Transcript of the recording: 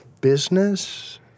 business